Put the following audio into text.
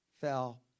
fell